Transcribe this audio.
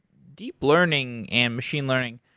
deep learning and machine learning,